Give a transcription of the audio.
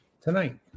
tonight